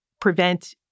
prevent